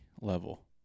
level